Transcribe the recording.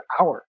hour